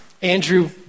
Andrew